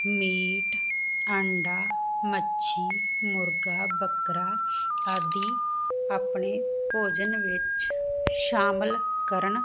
meat ਆਂਡਾ ਮੱਛੀ ਮੁਰਗਾ ਬੱਕਰਾ ਸਾਡੀ ਆਪਣੇ ਭੋਜਨ ਵਿੱਚ ਸ਼ਾਮਲ ਕਰਨ